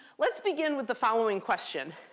let's begin with the following question.